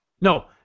No